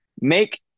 make